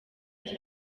iki